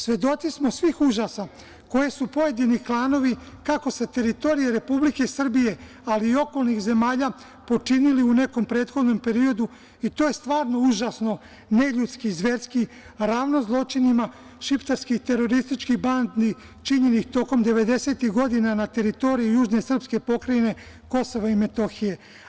Svedoci smo svih užasa koje su pojedini klanovi, kako sa teritorije Republike Srbije, ali i okolnih zemalja, počinili u nekom prethodnom periodu, i to je stvarno užasno, neljudski, zverski, ravno zločinima šiptarskih terorističkih bandi činjenih tokom devedesetih godina na teritoriji južne srpske pokrajine Kosova i Metohije.